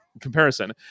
comparison